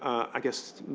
i guess,